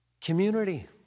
community